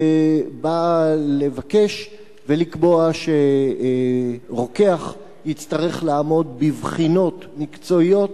באה לבקש ולקבוע שרוקח יצטרך לעמוד בבחינות מקצועיות